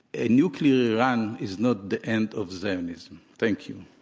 a nuclear iran is not the end of zionism. thank you.